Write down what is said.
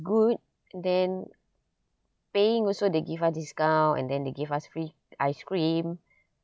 good and then paying also they give us discount and then they give us free ice cream